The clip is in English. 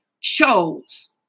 chose